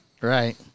Right